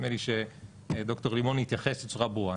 נדמה לי שד"ר לימון התייחס בצורה מאוד ברורה,